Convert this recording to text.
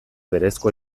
berezko